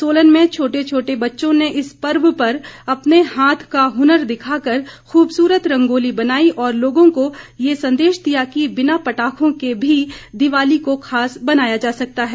सोलन में छोटे छोटे बच्चों ने इस पर्व पर अपने हाथ का हुनर दिखाकर खूबसूरत रंगोली बनाई और लोगों को ये संदेश दिया कि बिना पटाखों के भी दिवाली को खास बनाया जा सकता है